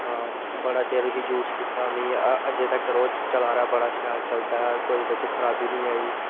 हां बड़ा चिर उसी यूज कीता में अज्जै तक्कर ओह् चलारदा ऐ बड़ा शैल चलारदा ऐ कोई बिच खराबी नेईं होई